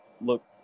look